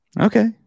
Okay